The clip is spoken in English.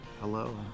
Hello